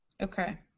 Okay